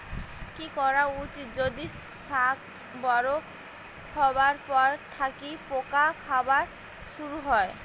কি করা উচিৎ যদি শাক বড়ো হবার পর থাকি পোকা খাওয়া শুরু হয়?